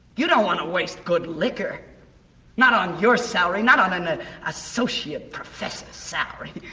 you don't want to waste good liquor not on your salary not on an ah associate professor salary.